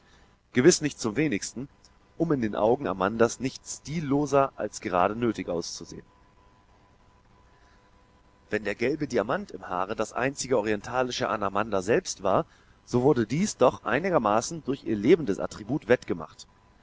gewiß nicht zum wenigsten um in den augen amandas nicht stilloser als gerade nötig auszusehen wenn der gelbe diamant im haare das einzige orientalische an amanda selbst war so wurde dies doch einigermaßen durch ihr lebendes attribut wettgemacht